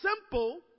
simple